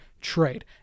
trade